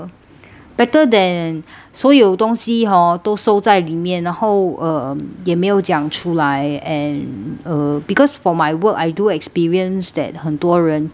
better than 所有东西 hor 都收在里面然后 um 也没有讲出来 and uh because for my work I do experienced that 很多人就